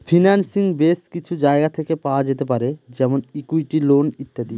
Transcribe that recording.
financing base কিছু জায়গা থেকে পাওয়া যেতে পারে যেমন ইকুইটি, লোন ইত্যাদি